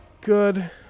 good